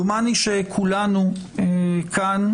דומני שכולנו כאן,